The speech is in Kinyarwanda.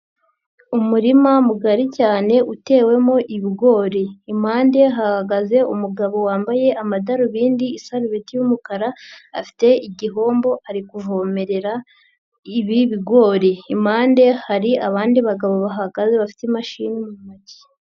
Umurima mugari cyane utewemo ibigori. Impande hahagaze umugabo wambaye amadarubindi, isarubeti y'umukara afite igihombo ari kuvomerera ibi bigori. Impande hari abandi bagabo bahagaze bafite imashini mu ntoki.